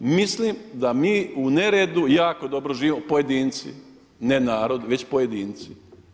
Mislim da mi u neredu jako dobro živimo, pojedinci, ne narod već pojedinci.